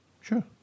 Sure